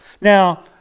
Now